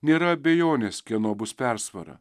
nėra abejonės kieno bus persvara